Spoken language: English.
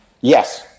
Yes